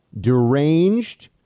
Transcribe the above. deranged